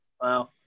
Wow